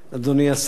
אדוני השר,